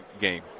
game